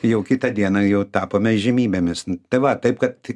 jau kitą dieną jau tapome įžymybėmis tai va taip kad